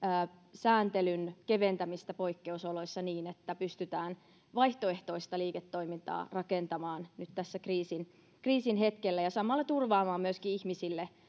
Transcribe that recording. sääntelyn keventämistä poikkeusoloissa niin että pystytään vaihtoehtoista liiketoimintaa rakentamaan nyt tässä kriisin kriisin hetkellä ja samalla myöskin turvaamaan ihmisille